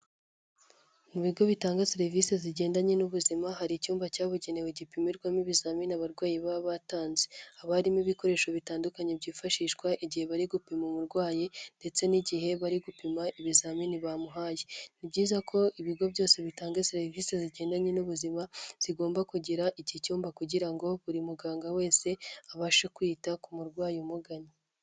Mu bigo bitanga serivisi zigendanye n'ubuzima, hari icyumba cyabugenewe gipimirwamo ibizamini abarwayi baba batanze. Haba harimo ibikoresho bitandukanye byifashishwa igihe bari gupima umurwayi ndetse n'igihe bari gupima ibizamini bamuhaye. Ni byiza ko ibigo byose bitanga serivisi zigendanye n'ubuzima bigomba kugira iki cyumba, kugira ngo buri muganga wese abashe kwita ku murwayi umugana.